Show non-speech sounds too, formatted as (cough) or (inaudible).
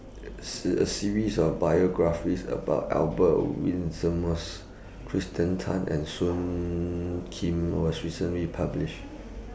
(unintelligible) A series of biographies about Albert Winsemius Kirsten Tan and Soon Kim was recently published